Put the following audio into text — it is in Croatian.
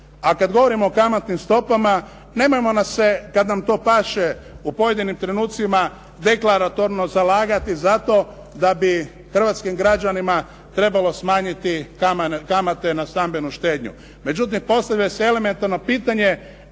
A kada govorimo o kamatnim stopama, nemojmo se kada nam to paše u pojedinim trenutcima deklaratorno zalagati za to da bi hrvatskim građanima trebalo smanjiti kamate na stambenu štednju. Međutim, postavlja se elementarno pitanje